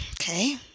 Okay